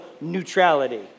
neutrality